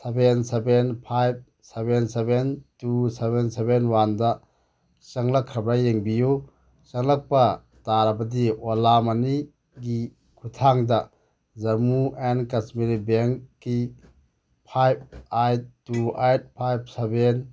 seven seven five seven seven two seven seven ꯋꯥꯟꯗ ꯆꯪꯂꯛꯈ꯭ꯔꯕ ꯌꯦꯡꯕꯤꯌꯨ ꯆꯪꯂꯛꯄ ꯇꯥꯔꯕꯗꯤ ꯑꯣꯂꯥ ꯃꯅꯤꯒꯤ ꯈꯨꯠꯊꯥꯡꯗ ꯖꯃꯨ ꯑꯦꯟ ꯀꯥꯁꯃꯤꯔ ꯕꯦꯡꯀꯤ five eight two eight five seven